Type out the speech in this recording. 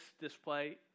display